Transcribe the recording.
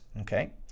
Okay